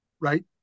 Right